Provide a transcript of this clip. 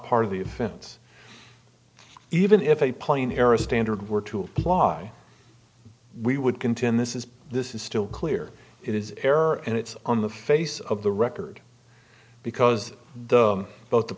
part of the offense even if a plane here a standard were to apply we would contend this is this is still clear it is error and it's on the face of the record because the both the